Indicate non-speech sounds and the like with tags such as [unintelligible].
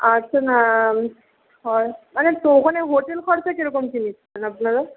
আচ্ছা না [unintelligible] মানে তো ওখানে হোটেল খরচা কীরকম কী নিচ্ছেন আপনারা